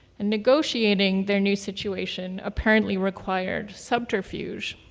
and negotiating their new situation apparently required subterfuge.